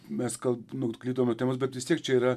mes gal nuklydom nuo temos bet vis tiek čia yra